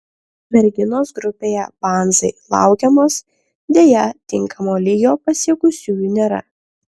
merginos grupėje banzai laukiamos deja tinkamo lygio pasiekusiųjų nėra